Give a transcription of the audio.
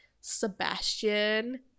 Sebastian